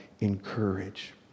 encourage